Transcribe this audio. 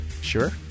Sure